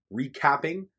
recapping